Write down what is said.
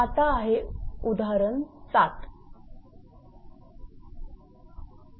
आता आहे उदाहरण 7 आहे